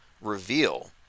reveal